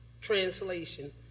translation